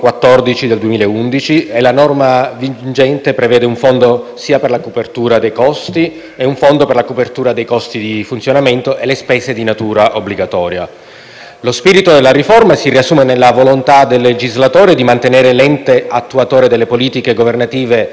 Per quanto riguarda il quadro delle risorse per il 2019, in particolare, rappresento che le risorse destinate al Piano per la promozione straordinaria del *made in Italy* e l'attrazione degli investimenti in Italia sono passate da 130 a 140 milioni di euro. Sono sostanzialmente confermate le disponibilità